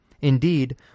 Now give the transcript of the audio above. Indeed